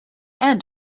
end